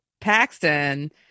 Paxton